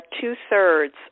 two-thirds